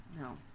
No